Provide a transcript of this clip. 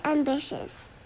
Ambitious